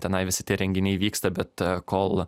tenai visi tie renginiai vyksta bet kol